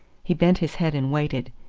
he bent his head and waited,